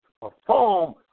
perform